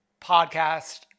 podcast